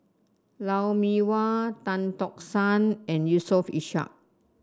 Lou Mee Wah Tan Tock San and Yusof Ishak